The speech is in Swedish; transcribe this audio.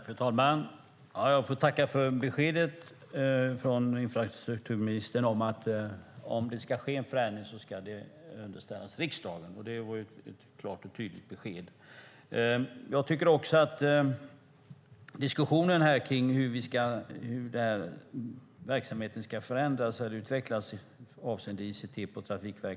Fru talman! Jag tackar för beskedet från infrastrukturministern att om det ska ske en förändring ska det underställas riksdagen. Det var ett klart och tydligt besked. Diskussionen beträffande hur verksamheten ska förändras eller utvecklas avseende Trafikverket ICT är viktig.